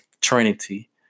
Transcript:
trinity